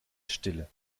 stille